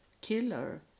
killer